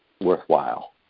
worthwhile